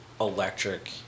electric